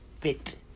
fit